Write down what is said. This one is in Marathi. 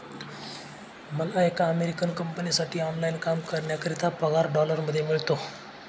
मला एका अमेरिकन कंपनीसाठी ऑनलाइन काम करण्याकरिता पगार डॉलर मध्ये मिळतो